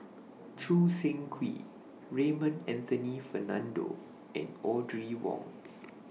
Choo Seng Quee Raymond Anthony Fernando and Audrey Wong